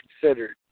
considered